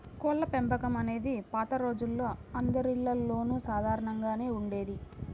కోళ్ళపెంపకం అనేది పాత రోజుల్లో అందరిల్లల్లోనూ సాధారణంగానే ఉండేది